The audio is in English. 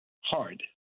hard